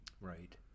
Right